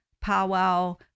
powwow